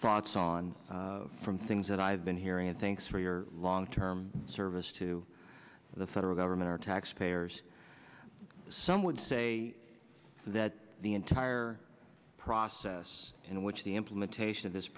thoughts on from things that i've been hearing and thanks for your long term service to the federal government our taxpayers some would say that the entire process in which the implementation of this